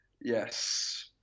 Yes